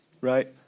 right